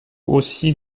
aussi